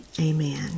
amen